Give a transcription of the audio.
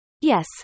yes